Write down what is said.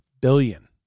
billion